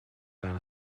down